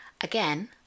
Again